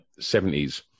70s